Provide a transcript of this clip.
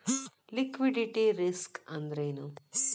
Liquidity risk ಅಂದ್ರೇನು?